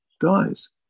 guys